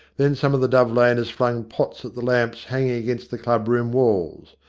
then some of the dove-laners flung pots at the lamps hanging against the club-room walls.